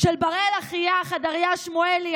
של בראל אחיה חדריה שמואלי,